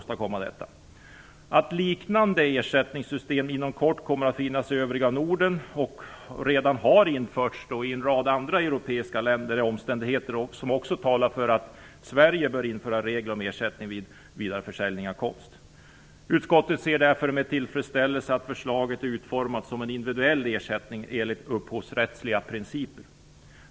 Att liknande ersättningssystem inom kort kommer att finnas i övriga Norden, och redan har införts i en rad europeiska länder, är omständigheter som talar för att även Sverige nu bör införa regler om ersättning vid vidareförsäljning av konst. Utskottet ser därför med tillfredsställelse att denna ersättning i förslaget är utformad som en individuell ersättning enligt upphovsrättsliga principer.